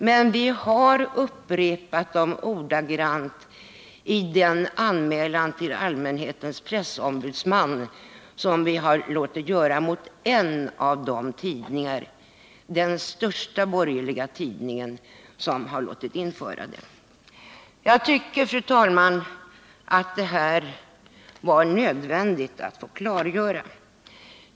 Men vi har upprepat dem ordagrant i den anmälan till allmänhetens pressombudsman som vi har låtit göra mot en av de tidningar — den största borgerliga tidningen — som har låtit införa annonserna. Jag tycker, fru talman, att det var nödvändigt att få klargöra detta.